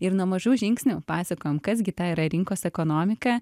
ir nuo mažų žingsnių pasakojom kas gi ta yra rinkos ekonomika